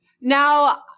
now